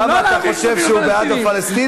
למה, אתה חושב שהוא בעד הפלסטינים?